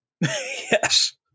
Yes